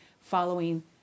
following